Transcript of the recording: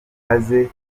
aze